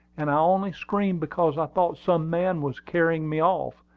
and i only screamed because i thought some man was carrying me off.